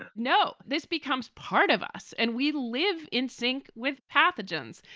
and no, this becomes part of us and we live in sync with pathogens.